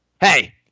Hey